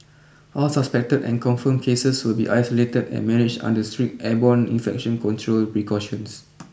all suspected and confirmed cases will be isolated and managed under strict airborne infection control precautions